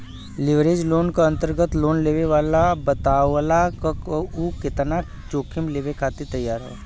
leverage loan क अंतर्गत loan लेवे वाला बतावला क उ केतना जोखिम लेवे खातिर तैयार हौ